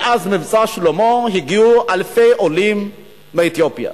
מאז "מבצע שלמה" הגיעו אלפי עולים מאתיופיה,